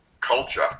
culture